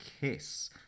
kiss